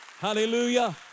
Hallelujah